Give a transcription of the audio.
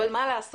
אבל מה לעשות?